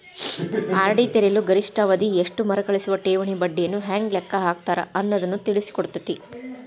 RD ತೆರೆಯಲು ಗರಿಷ್ಠ ಅವಧಿ ಎಷ್ಟು ಮರುಕಳಿಸುವ ಠೇವಣಿ ಬಡ್ಡಿಯನ್ನ ಹೆಂಗ ಲೆಕ್ಕ ಹಾಕ್ತಾರ ಅನ್ನುದನ್ನ ತಿಳಿಸಿಕೊಡ್ತತಿ